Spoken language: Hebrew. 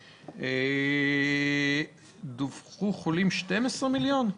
כתוב פה שדוּוחו בגרמניה 12 מיליון חולים?